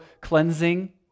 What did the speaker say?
cleansing